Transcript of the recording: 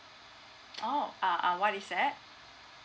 oh uh uh what is that